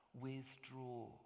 withdraw